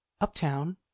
Uptown